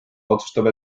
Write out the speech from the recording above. otsustab